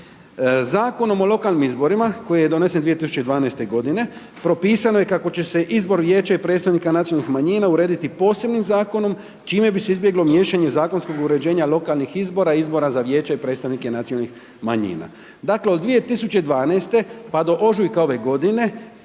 Zakonom o lokalnim izborima koji je donesen 2012.g. propisano je kako će se izbor vijeća i predstavnika nacionalnih manjina urediti posebnim zakonom čime bi se izbjeglo miješanje zakonskog uređenja lokalnih izbora i izbora za vijeće i predstavnike nacionalnih manjina. Dakle, od 2012., pa do ožujka ove godine,